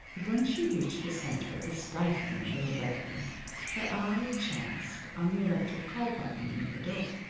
but when she reached the center of the stifling little bedroom her eye chanced on the electric call-button near the door.